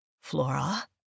Flora